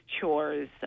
chores